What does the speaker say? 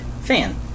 fan